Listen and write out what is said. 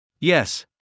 Yes